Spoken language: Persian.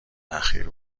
اخیر